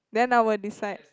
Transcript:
then I will decide